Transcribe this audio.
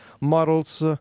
models